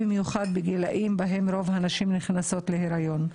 במיוחד בגילאים בהם רוב הנשים נכנסות להריון.